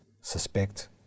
suspect